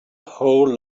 whole